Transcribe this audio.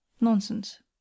Nonsense